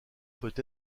peut